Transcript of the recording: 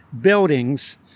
buildings